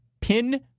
pin